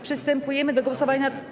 Przystępujemy do głosowania nad.